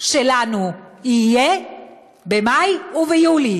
שלנו יהיה במאי וביולי: